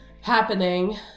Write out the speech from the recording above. happening